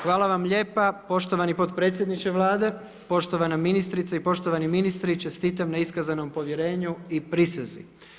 Hvala vam lijepa, poštovani potpredsjedniče Vlade, poštovana ministrice i poštovani ministri, čestitam na iskazanom povjerenju i prisezi.